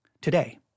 today